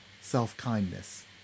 self-kindness